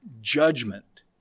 judgment